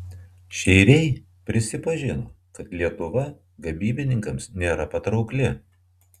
šeiriai prisipažino kad lietuva gamybininkams nėra patraukli